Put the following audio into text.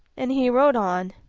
and he rode on.